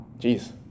Jeez